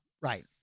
Right